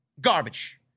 Garbage